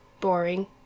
boring